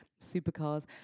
supercars